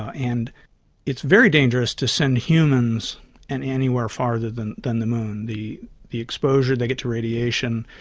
ah and it's very dangerous to send humans and anywhere further than than the moon. the the exposure they get to radiation,